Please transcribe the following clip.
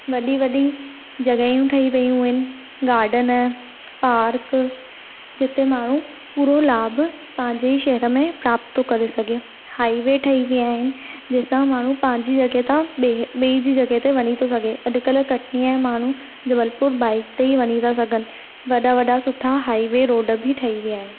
वॾी वॾी जॻहियूं ठही वयूं आहिनि गार्डन पार्क जिते माण्हू पूरो लाभ पंहिंजे ई शहर में प्राप्त थो करे सघे हाईवे ठही विया आहिनि जंहिं सां माण्हू पंहिंजी जॻहि तां ॿिए जी जॻहि ते वञी थे सघे अॼुकल्ह कटनीअ जा माण्हू जबलपुर बाइक ते ई वञी था सघनि वॾा वॾा सुठा हाईवे रोड बि ठही विया आहिनि